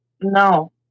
no